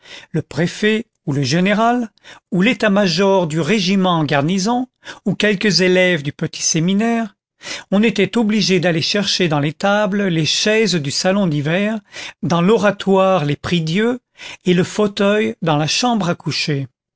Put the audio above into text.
le préfet ou le général ou l'état-major du régiment en garnison ou quelques élèves du petit séminaire on était obligé d'aller chercher dans l'étable les chaises du salon d'hiver dans l'oratoire les prie-dieu et le fauteuil dans la chambre à coucher